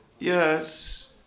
Yes